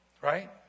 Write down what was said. right